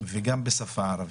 גם בשפה הערבית.